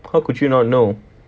how could you not know